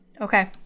Okay